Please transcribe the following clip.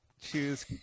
choose